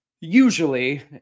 Usually